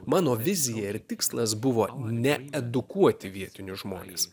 mano vizija ir tikslas buvo ne edukuoti vietinius žmones